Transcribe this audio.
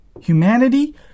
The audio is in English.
humanity